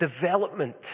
development